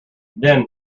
then